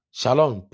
Shalom